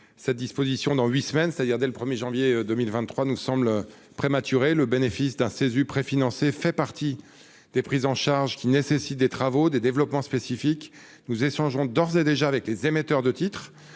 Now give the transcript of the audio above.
cette disposition dans huit semaines, c'est-à-dire dès le 1 janvier 2023, nous semble prématurée. Le bénéfice d'un Cesu préfinancé fait partie des prises en charge qui nécessitent des développements spécifiques. Nous échangeons d'ores et déjà avec les émetteurs de titres